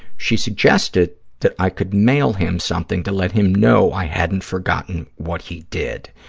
she suggested that i could mail him something to let him know i hadn't forgotten what he did.